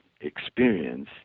experience